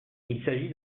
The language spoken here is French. s’agit